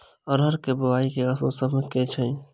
अरहर केँ बोवायी केँ मौसम मे होइ छैय?